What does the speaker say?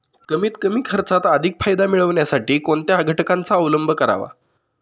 कमीत कमी खर्चात अधिक फायदा मिळविण्यासाठी कोणत्या घटकांचा अवलंब करावा?